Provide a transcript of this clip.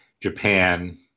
Japan